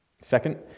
Second